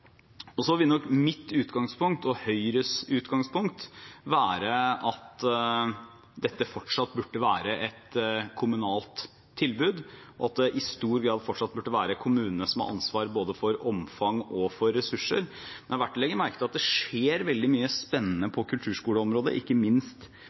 situasjonen. Så vil nok mitt utgangspunkt og Høyres utgangspunkt være at dette fortsatt burde være et kommunalt tilbud, og at det i stor grad fortsatt burde være kommunene som har ansvar både for omfang og for ressurser. Men det er verdt å legge merke til at det skjer veldig mye spennende